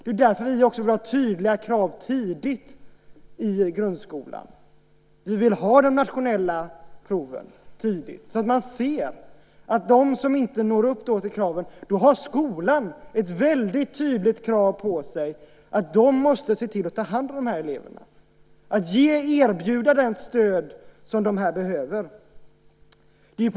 Det är också därför vi vill ha tydliga krav tidigt i grundskolan. Vi vill ha de nationella proven tidigt så att man ser dem som inte når upp till kraven, och då ska skolan ha ett väldigt tydligt krav på sig att se till att ta hand om de här eleverna och erbjuda det stöd som de behöver.